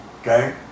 Okay